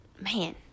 man